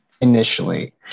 initially